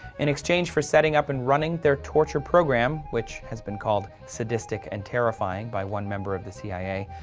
in exchange for setting up and running their torture program which has been called sadistic and terrifying by one member of the cia,